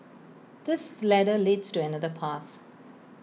this ladder leads to another path